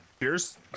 Cheers